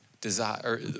desire